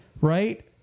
right